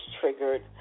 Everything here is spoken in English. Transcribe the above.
triggered